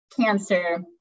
cancer